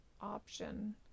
option